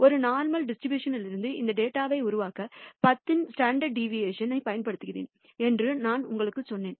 ஒரு normal distribution ருந்து இந்தத் டேட்டாவை உருவாக்க 10 இன் ஸ்டாண்டர்ட் டிவியேஷன் பயன்படுத்தினேன் என்று நான் உங்களுக்குச் சொன்னேன்